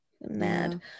Mad